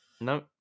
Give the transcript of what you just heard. No